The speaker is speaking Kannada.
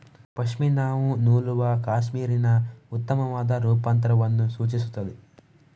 ಪಶ್ಮಿನಾವು ನೂಲುವ ಕ್ಯಾಶ್ಮೀರಿನ ಉತ್ತಮವಾದ ರೂಪಾಂತರವನ್ನು ಸೂಚಿಸುತ್ತದೆ